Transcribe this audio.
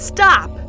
Stop